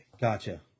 Gotcha